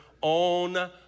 on